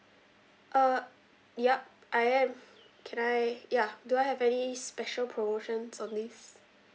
uh ya I am can I ya do I have any special promotions on this